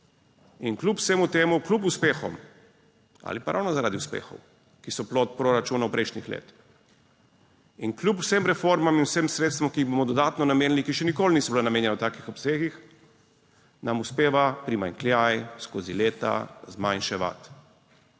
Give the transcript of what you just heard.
in kljub vsemu temu, kljub uspehom ali pa ravno zaradi uspehov, ki so plod proračunov prejšnjih let in kljub vsem reformam in vsem sredstvom, ki jih bomo dodatno namenili, ki še nikoli niso bila namenjena v takih obsegih, nam uspeva primanjkljaj skozi leta zmanjševati